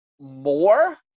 more